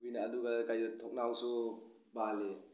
ꯑꯗꯨꯅ ꯑꯗꯨꯒ ꯀꯩꯗ ꯊꯣꯡꯅꯥꯎꯁꯨ ꯄꯥꯜꯂꯤ